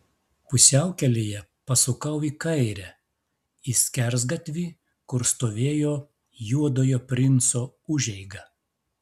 pusiaukelėje pasukau į kairę į skersgatvį kur stovėjo juodojo princo užeiga